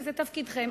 זה תפקידכם.